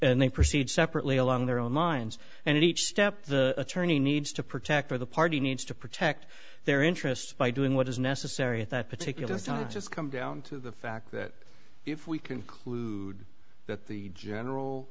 and they proceed separately along their own lines and in each step the attorney needs to protect or the party needs to protect their interests by doing what is necessary at that particular time to just come down to the fact that if we conclude that the general